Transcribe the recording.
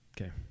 Okay